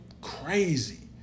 crazy